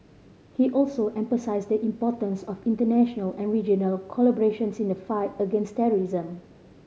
he also emphasised the importance of international and regional collaborations in the fight against terrorism